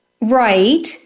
Right